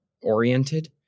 Oriented